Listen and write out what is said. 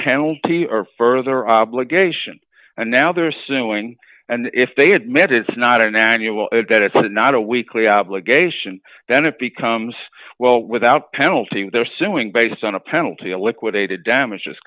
penalty or further obligation and now they are suing and if they had met it's not an annual event it's not a weekly obligation then it becomes well without penalty if they're suing based on a penalty a liquidated damage